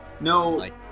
No